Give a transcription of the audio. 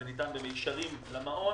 זה ניתן במישרין למעון,